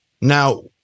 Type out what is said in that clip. Now